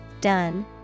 done